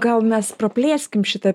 gal mes praplėskim šitą